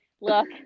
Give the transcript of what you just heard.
look